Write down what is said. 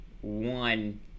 one